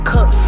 Cut